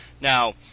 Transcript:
Now